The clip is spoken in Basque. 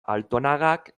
altonagak